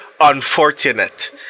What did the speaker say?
unfortunate